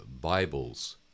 Bibles